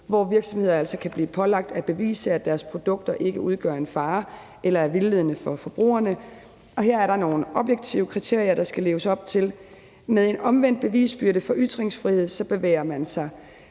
hvor virksomheder altså kan blive pålagt at bevise, at deres produkter ikke udgør en fare eller er vildledende for forbrugerne. Og her er der nogle objektive kriterier, der skal leves op til. Med omvendt bevisbyrde for ytringsfrihed bevæger man sig